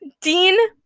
Dean